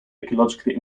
ecologically